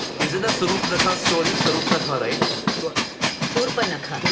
isn't the suruphanaka story suruphanaka right? so surphanaka.